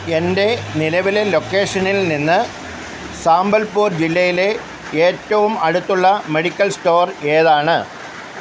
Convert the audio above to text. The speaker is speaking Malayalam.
എൻ്റെ നിലവിലെ ലൊക്കേഷനിൽ നിന്ന് സംബൽപൂർ ജില്ലയിലെ ഏറ്റവും അടുത്തുള്ള മെഡിക്കൽ സ്റ്റോർ ഏതാണ്